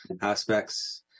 aspects